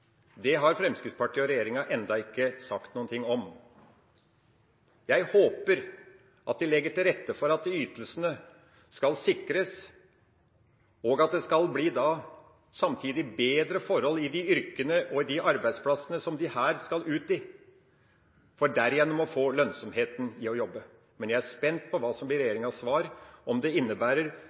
Det har Fremskrittspartiet og regjeringa ennå ikke sagt noen ting om. Jeg håper at de legger til rette for at ytelsene skal sikres, og at det samtidig skal bli bedre forhold i de yrkene og på de arbeidsplassene som de her skal ut i, for derigjennom å få lønnsomhet i det å jobbe. Men jeg er spent på hva som blir regjeringas svar, om det innebærer